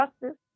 justice